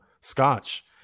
scotch